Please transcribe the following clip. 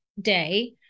day